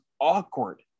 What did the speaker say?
awkward